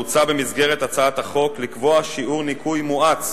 הוצע במסגרת הצעת החוק לקבוע שיעור ניכוי מואץ